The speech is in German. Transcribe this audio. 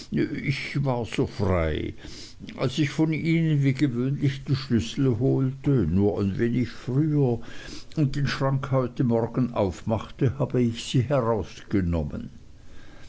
ich war so frei als ich von ihnen wie gewöhnlich die schlüssel holte nur ein wenig früher und den schrank heute morgens aufmachte habe ich sie herausgenommen